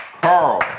Carl